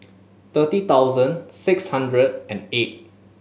thirty thousand six hundred and eight